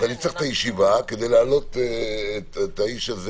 ננצל את הישיבה כדי להעלות את האיש הזה